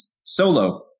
solo